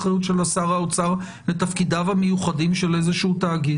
מה האחריות של שר האוצר בתפקידיו המיוחדים של איזשהו תאגיד?